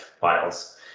files